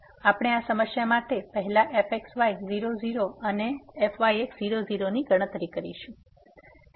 તેથી આપણે આ સમસ્યા માટે પહેલા fxy00 અને fyx00 ની ગણતરી કરીશું